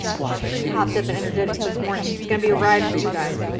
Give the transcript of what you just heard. she's pretty hopped up and energetic this morning so it's going to be a ride for you guys.